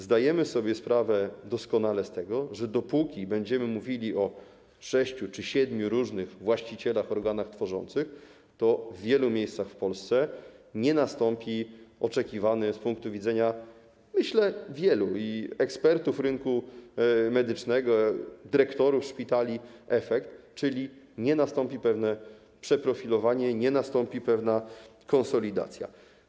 Zdajemy sobie doskonale sprawę z tego, że dopóki będziemy mówili o sześciu czy siedmiu różnych właścicielach, organach tworzących, to w wielu miejscach w Polsce nie nastąpi oczekiwany z punktu widzenia wielu ekspertów rynku medycznego i dyrektorów szpitali efekt, czyli nie nastąpi pewne przeprofilowanie, nie nastąpi pewna konsolidacja.